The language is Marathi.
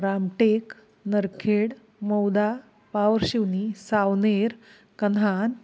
रामटेक नरखेड मौदा पावशिवनी सावनेर कन्हान